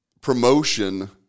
promotion